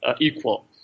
equal